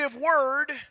word